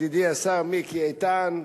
ידידי השר מיקי איתן,